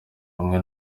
umwe